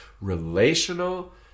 relational